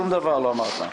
שום דבר לא אמרת.